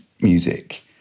music